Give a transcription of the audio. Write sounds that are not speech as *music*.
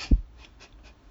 *laughs*